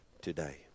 today